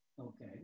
Okay